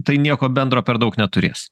tai nieko bendro per daug neturės